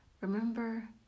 remember